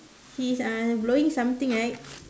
he is uh blowing something right